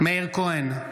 (קורא בשמות חברי הכנסת) מאיר כהן,